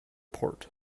port